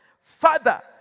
Father